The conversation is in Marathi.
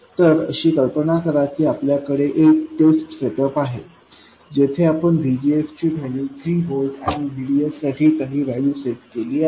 तर अशी कल्पना करा की आपल्याकडे एक टेस्ट सेटअप आहे जेथे आपण VGSची व्हॅल्यू 3 व्होल्ट आणि VDS साठी काही व्हॅल्यू सेट केली आहे